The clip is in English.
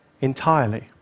entirely